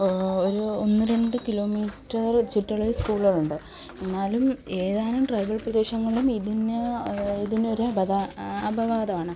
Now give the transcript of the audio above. ഒരു ഒന്ന് രണ്ട് കിലോമീറ്റര് ചുറ്റളവില് സ്കൂളുകളുണ്ട് എന്നാലും ഏതാനും ട്രൈബൽ പ്രദേശങ്ങളും ഇതിന് ഇതിനൊരു അപവാദമാണ്